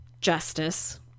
justice